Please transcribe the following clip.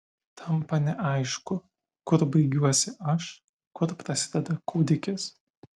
tampa neaišku kur baigiuosi aš kur prasideda kūdikis